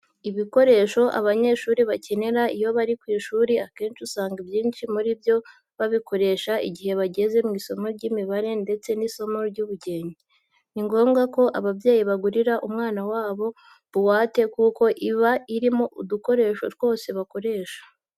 Ibikoresho abanyeshuri bakenera iyo bari ku ishuri akenshi usanga ibyinshi muri byo babikoresha igihe bageze mu isomo ry'imibare ndetse n'isomo ry'ubugenge. Ni ngombwa ko ababyeyi bagurira umwana wabo buwate kuko iba irimo udukoresho twose bakoresha.